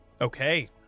Okay